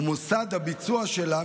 ומוסד הביצוע שלה,